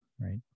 Right